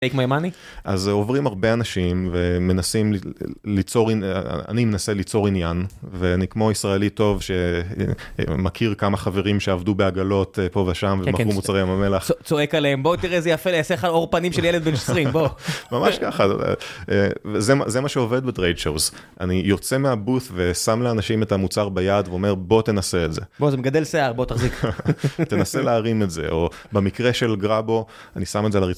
אז עוברים הרבה אנשים ומנסים ליצור, אני מנסה ליצור עניין, ואני כמו ישראלי טוב שמכיר כמה חברים שעבדו בעגלות פה ושם ומכרו מוצרי ים המלח. צועק עליהם, בוא תראה איזה יפה, זה יעשה לך עור פנים של ילד בן 20, בוא. ממש ככה, זה מה שעובד ב-Trade Shows, אני יוצא מהבוס ושם לאנשים את המוצר ביד ואומר בוא תנסה את זה. בוא זה מגדל שיער, בוא תחזיק. תנסה להרים את זה, או במקרה של גרבו, אני שם את זה...